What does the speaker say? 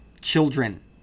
children